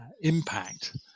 impact